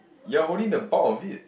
you are holding the bulk of it